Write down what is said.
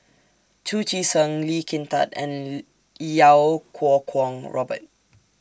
Chu Chee Seng Lee Kin Tat and Iau Kuo Kwong Robert